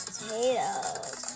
potatoes